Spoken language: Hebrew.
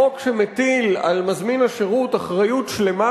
חוק שמטיל על מזמין השירות אחריות שלמה